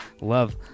Love